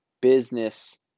business